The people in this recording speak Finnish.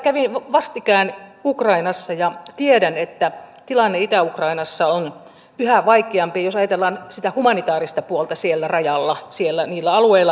kävin vastikään ukrainassa ja tiedän että tilanne itä ukrainassa on yhä vaikeampi jos ajatellaan sitä humanitaarista puolta siellä rajalla niillä alueilla